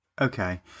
Okay